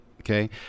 Okay